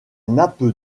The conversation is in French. nappe